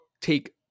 take